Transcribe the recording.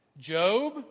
Job